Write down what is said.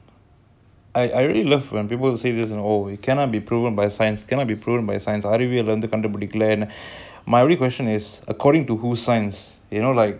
அந்தஅறிவியல:andha ariviyala it may not be seen but there's ancient அறிவியல்வந்துகண்டுபிடிக்கலனு:ariviyal vandhu kandupidikalanu in many many cultures that go beyond our modern science